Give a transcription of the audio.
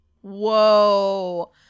Whoa